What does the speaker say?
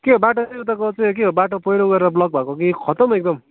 के हो बाटो चाहिँ उताको चाहिँ के हो बाटो पहिरो गएर ब्लक भएको कि खत्तम एकदम